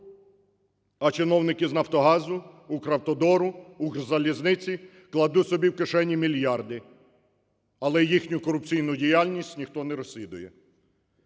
а чиновники з "Нафтогазу", "Укравтодору", "Укрзалізниці" кладуть собі в кишені мільярди, але їхню корупційну діяльність ніхто не розслідує.